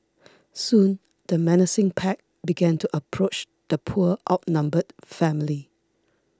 soon the menacing pack began to approach the poor outnumbered family